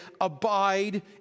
abide